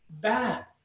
bad